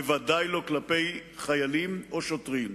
בוודאי לא כלפי חיילים או שוטרים.